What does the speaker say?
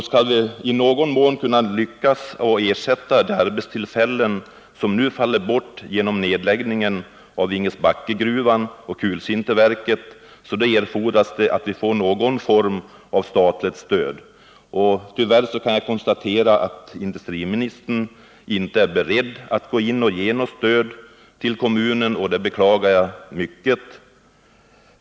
Skall man i någon mån lyckas med att ersätta de arbetstillfällen som nu faller bort genom nedläggningen av Vingesbackegruvan och kulsinterverket, erfordras att man får någon form av statligt stöd. Tyvärr kan jag konstatera att industriministern inte är beredd att ge något stöd till kommunen. Det beklagar jag mycket.